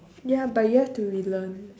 ya but you have to relearn